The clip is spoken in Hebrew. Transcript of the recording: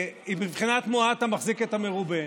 היא בבחינת מועט המחזיק את המרובה.